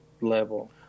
level